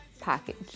package